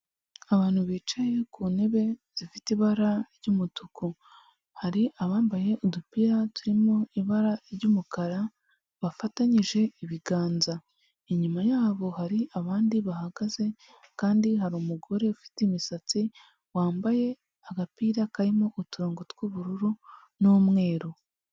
Abantu bicaye ku ntebe zifite ibara ry'umutuku, hari abambaye udupira turimo ibara ry'umukara bafatanyije ibiganza, inyuma yabo hari abandi bahagaze kandi hari umugore ufite imisatsi wambaye agapira karimo uturongo tw'ubururu n'umweru.